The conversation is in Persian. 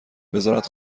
وزارت